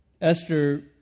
Esther